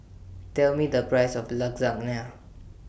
Tell Me The Price of Lasagna